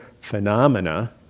phenomena